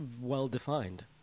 well-defined